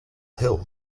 hill